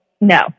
No